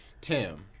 tim